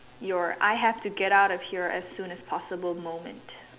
your I have to get out of here as soon as possible moment